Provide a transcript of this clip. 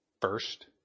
first